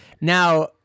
now